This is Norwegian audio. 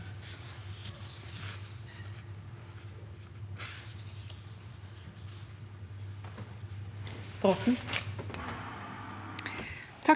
Takk